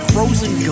Frozen